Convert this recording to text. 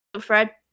Fred